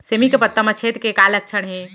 सेमी के पत्ता म छेद के का लक्षण हे?